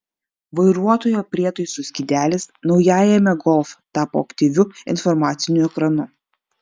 vairuotojo prietaisų skydelis naujajame golf tapo aktyviu informaciniu ekranu